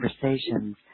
conversations